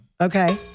Okay